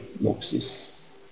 boxes